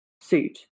suit